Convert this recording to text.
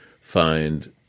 find